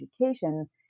education